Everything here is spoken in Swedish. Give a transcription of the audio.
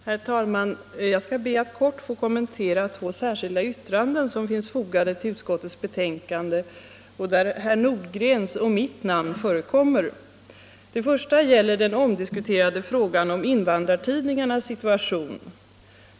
Herr talman! Jag skall helt kort be att få kommentera två särskilda yttranden som finns fogade till utskottsbetänkandet, och där herr Nordgrens och mitt namn förekommer. Det första gäller den omdiskuterade frågan om invandrartidningarnas situation.